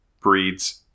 breeds